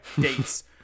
dates